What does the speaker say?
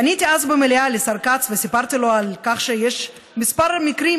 פניתי אז במליאה לשר כץ וסיפרתי לו על כך שיש כמה מקרים,